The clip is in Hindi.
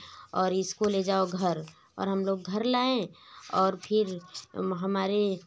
और इसको ले जाओ घर और हम लोग घर लाए और फिर हमारे